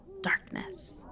darkness